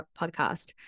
podcast